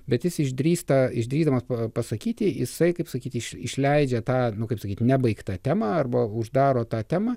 bet jis išdrįsta išdrįsdamas pasakyti jisai kaip sakyti iš išleidžia tą nu kaip sakyti nebaigtą temą arba uždaro tą temą